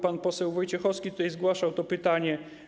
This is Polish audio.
Pan poseł Wojciechowski zgłaszał to pytanie.